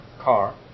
car